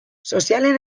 sozialean